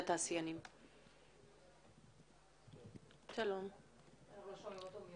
קודם כול, אני רוצה לברך על הדיון